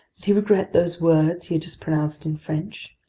did he regret those words he had just pronounced in french?